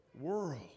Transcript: world